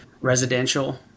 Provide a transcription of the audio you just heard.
residential